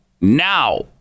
Now